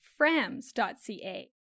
frams.ca